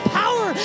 power